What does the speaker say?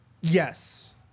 Yes